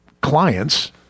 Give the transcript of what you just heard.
clients